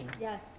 Yes